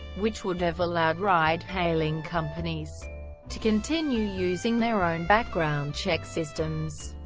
which would have allowed ride-hailing companies to continue using their own background check systems.